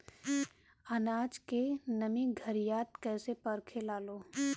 आनाज के नमी घरयीत कैसे परखे लालो?